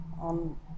on